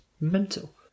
mental